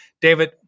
David